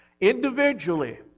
Individually